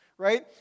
right